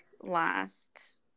last